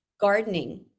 gardening